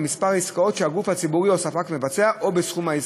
במספר העסקאות שהגוף הציבורי או הספק מבצע או בסכום העסקה.